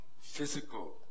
physical